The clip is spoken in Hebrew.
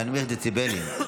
להנמיך דציבלים.